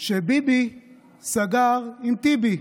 שביבי סגר עם טיבי.